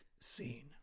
scene